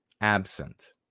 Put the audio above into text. absent